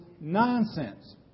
nonsense